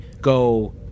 go